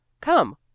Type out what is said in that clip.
Come